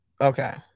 okay